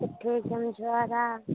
ठीक छै हम झोड़ा